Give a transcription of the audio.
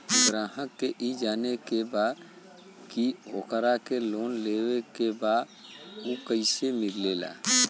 ग्राहक के ई जाने के बा की ओकरा के लोन लेवे के बा ऊ कैसे मिलेला?